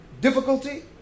difficulty